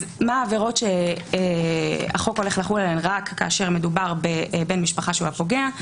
מה העבירות שהחוק הולך לחול עליהן רק כאשר מדובר בבן משפחה שהוא הפוגע.